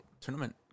tournament